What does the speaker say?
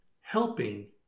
helping